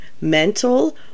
mental